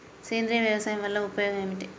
సేంద్రీయ వ్యవసాయం వల్ల ఉపయోగం ఏమిటి?